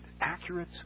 accurate